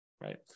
Right